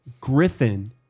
Griffin